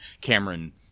Cameron